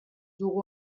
dugu